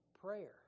Prayer